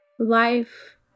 Life